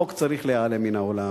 החוק צריך להיעלם מן העולם.